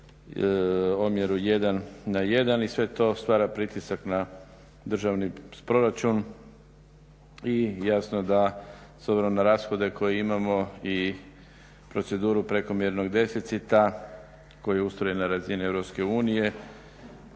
omjeru 1 na 1 i sve to stvara pritisak na državni proračun i jasno da s obzirom na rashode koje imamo i proceduru prekomjernog deficita koji je ustrojen na razini